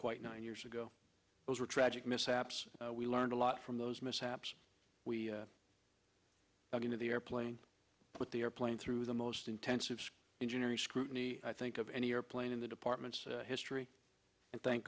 quite nine years ago those were tragic mishaps we learned a lot from those mishaps we dug into the airplane with the airplane through the most intensive engineering scrutiny i think of any airplane in the department's history and thank